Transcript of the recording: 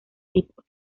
tipos